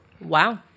Wow